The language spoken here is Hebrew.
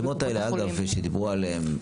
הרשימות האלה שדיברו עליהם,